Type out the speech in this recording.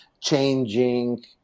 changing